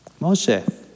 Moshe